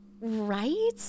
Right